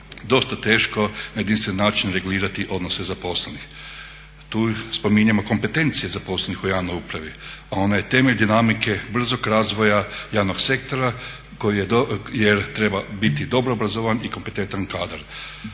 dosta teško na jedinstven način regulirati odnose zaposlenih. Tu spominjemo kompetencije zaposlenih u javnoj upravi, a ona je temelj dinamike brzog razvoja javnog sektora jer treba biti dobro obrazovan i kompetentan kadar.